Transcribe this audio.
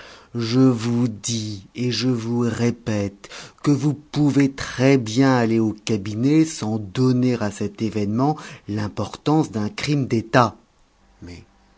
je vous dis et je vous répète que vous pouvez très bien aller aux cabinets sans donner à cet événement l'importance d'un crime d'état mais